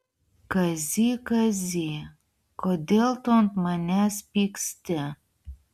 kazy kazy kodėl tu ant manęs pyksti